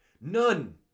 None